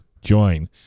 Join